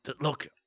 Look